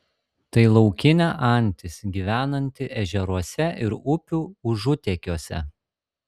tai laukinė antis gyvenanti ežeruose ir upių užutėkiuose